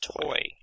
toy